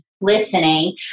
listening